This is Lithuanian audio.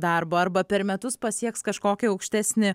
darbo arba per metus pasieks kažkokį aukštesnį